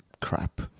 crap